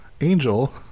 Angel